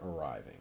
arriving